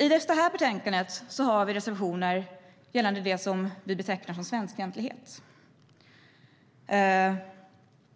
I just det här betänkandet har vi reservationer gällande det vi betecknar som svenskfientlighet.